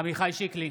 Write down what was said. נגד עמיחי שיקלי,